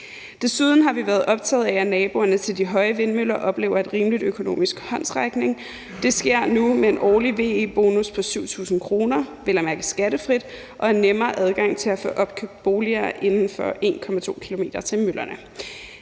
Desuden har vi været optaget af, at naboerne til de høje vindmøller oplever en rimelig økonomisk håndsrækning. Det sker nu med en årlig VE-bonus på 7.000 kr. – vel at mærke skattefri – og nemmere adgang til at få opkøbt boliger inden for en afstand